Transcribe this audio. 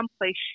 accomplish